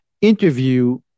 interview